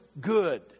good